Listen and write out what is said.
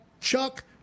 Chuck